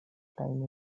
time